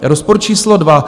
Rozpor číslo dva.